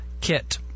kit